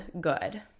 good